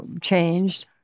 changed